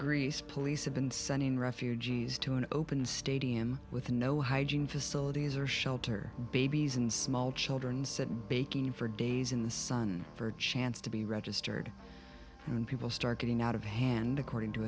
greece police have been sending refugees to an open stadium with no hygiene facilities or shelter babies and small children said baking for days in the sun for a chance to be registered and people start getting out of hand according to